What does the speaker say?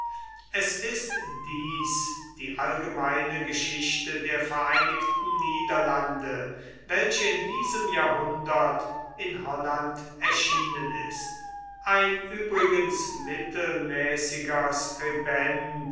es ist dies die allgemeine geschichte der vereinigten niederlande welche in diesem jahrhundert in holland erschienen ist ein übrigens mittelmäßiger